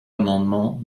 amendement